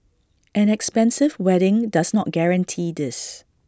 an expensive wedding does not guarantee this